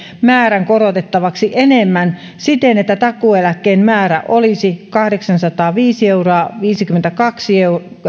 määrää korotettavaksi enemmän siten että takuueläkkeen määrä olisi kahdeksansataaviisi pilkku viisikymmentäkaksi